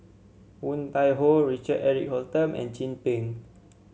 Woon Tai Ho Richard Eric Holttum and Chin Peng